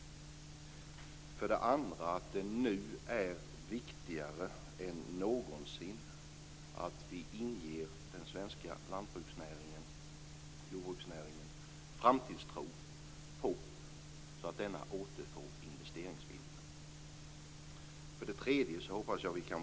För det andra: Det är nu viktigare än någonsin att vi inger den svenska jordbruksnäringen hopp och framtidstro, så att den återfår investeringsviljan.